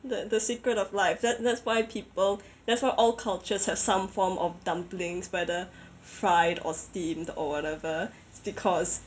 the the secret of life that that's why people that's why all cultures have some form of dumplings whether fried or steamed or whatever because